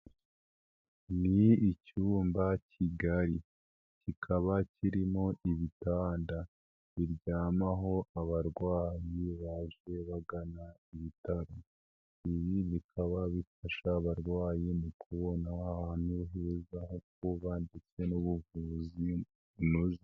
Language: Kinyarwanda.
Ni icyuyumba cy'igari, kikaba kirimo ibitanda, biryamaho abarwayi baje bagana ibitaro, ibi bikaba bifasha abarwayi mu kubona ahantu heza ho kuba ndetse n'ubuvuzi bunoze.